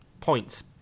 points